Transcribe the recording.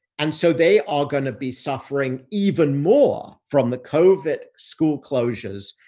and so, they are going to be suffering even more from the covid school closures,